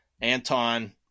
Anton